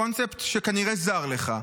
קונספט שכנראה זר לך,